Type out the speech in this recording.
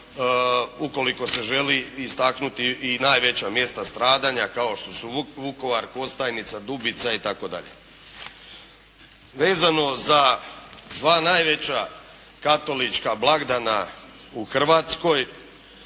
ukoliko se želi istaknuti i najveća mjesta stradanja kao što su Vukovar, Kostajnica, Dubica itd.? Vezano za 2 najveća katolička blagdana u Hrvatskoj,